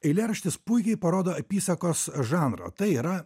eilėraštis puikiai parodo apysakos žanr tai yra